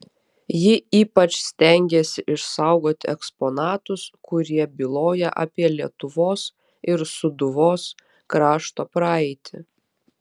ji ypač stengėsi išsaugoti eksponatus kurie byloja apie lietuvos ir sūduvos krašto praeitį